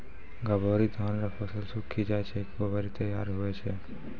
गभोरी धान रो फसल सुक्खी जाय छै ते गभोरी तैयार हुवै छै